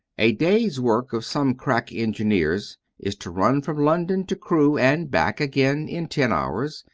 a day's work of some crack engineers is to run from london to crewe and back again in ten hours,